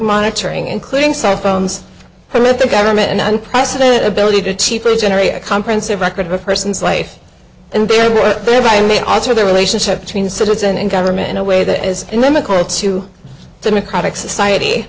monitoring including cell phones permit the government an unprecedented ability to cheaply generate a comprehensive record of a person's life and their work their way may alter the relationship between citizen and government in a way that is limited to democratic society